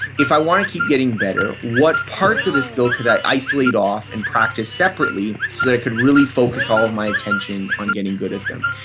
if i want to keep getting better, what parts of this skill could i isolate off and practice separately so that i could really focus all of my attention on getting good at them?